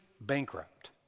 bankrupt